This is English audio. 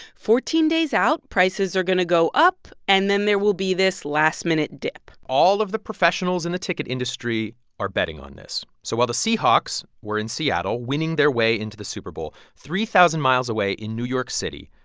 fourteen days out, prices are going to go up. and then there will be this last minute dip all of the professionals in the ticket industry are betting on this. so while the seahawks were in seattle, winning their way into the super bowl, three thousand miles away in new york city,